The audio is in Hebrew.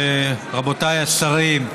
רבותיי השרים,